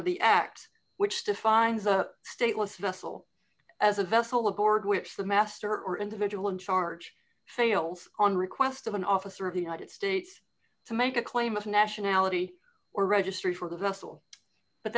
of the act which defines a stateless vessel as a vessel aboard which the master or individual in charge fails on request of an officer of the united states to make a claim of nationality or registry for the vessel but